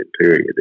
period